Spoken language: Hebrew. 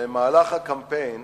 במהלך הקמפיין